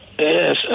Yes